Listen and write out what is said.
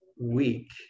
week